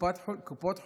קופות חולים,